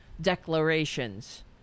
declarations